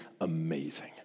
amazing